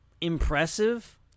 impressive